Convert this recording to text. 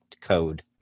code